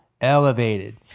elevated